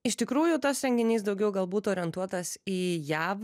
iš tikrųjų tas renginys daugiau galbūt orientuotas į jav